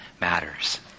matters